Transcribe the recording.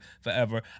forever